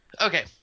okay